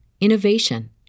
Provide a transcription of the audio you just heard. innovation